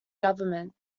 government